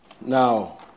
Now